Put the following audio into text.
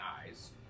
eyes